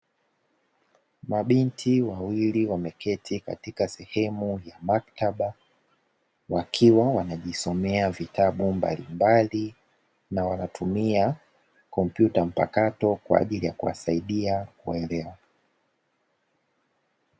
Mabinti wawili wameketi katika sehemu ya maktaba; wakiwa wanajisomea vitabu mbalimbali na wanatumia kompyuta mpakato kwa ajili ya kuwasaidia kuelewa.